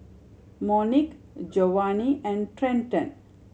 Monique Jovany and Trenton